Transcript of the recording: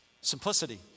Simplicity